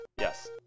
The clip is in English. Yes